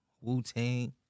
Wu-Tang